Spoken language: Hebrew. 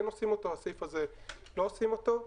ולהכניס את החברה הממשלתית שהיא תבצע שלא באמצעות חברת-בת.